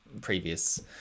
previous